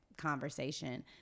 conversation